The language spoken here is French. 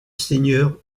seigneur